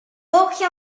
wolkje